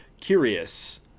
Curious